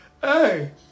Hey